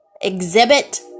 exhibit